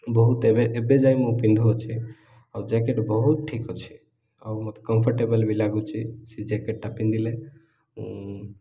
ବହୁତ ଏବେ ଏବେ ଯାଏଁ ମୁଁ ପିନ୍ଧୁଅଛି ଆଉ ଜ୍ୟାକେଟ୍ ବହୁତ ଠିକ୍ ଅଛି ଆଉ ମୋତେ କମ୍ଫର୍ଟେବଲ୍ ବି ଲାଗୁଛି ସେ ଜ୍ୟାକେଟ୍ଟା ପିନ୍ଧିଲେ